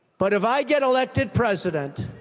but if i get elected president,